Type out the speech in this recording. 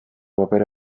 papera